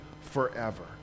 forever